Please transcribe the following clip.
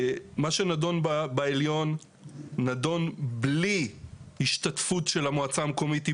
מה שנדון בעליון נדון בלי ההשתתפות של המועצה המקומית אעבלין.